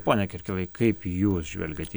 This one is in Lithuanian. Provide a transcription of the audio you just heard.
pone kirkilai kaip jūs žvelgiat į